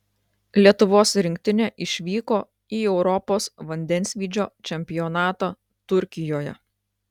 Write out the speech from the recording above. lietuvos rinktinė išvyko į europos vandensvydžio čempionatą turkijoje